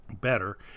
better